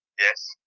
yes